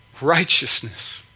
righteousness